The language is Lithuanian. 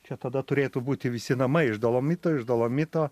čia tada turėtų būti visi namai iš dolomito iš dolomito